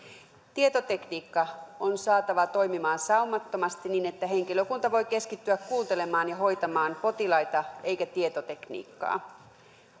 tietotekniikka on saatava toimimaan saumattomasti niin että henkilökunta voi keskittyä kuuntelemaan ja hoitamaan potilaita eikä tietotekniikkaa